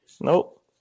Nope